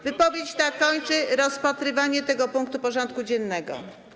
Wypowiedź ta kończy rozpatrywanie tego punktu porządku dziennego.